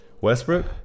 Westbrook